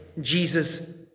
Jesus